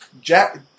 Jack